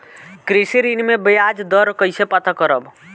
कृषि ऋण में बयाज दर कइसे पता करब?